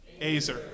Azer